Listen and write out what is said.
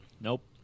Nope